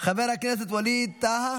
חבר הכנסת ווליד טאהא,